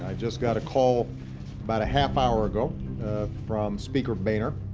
ah just got a call about a half-hour ago from speaker boehner.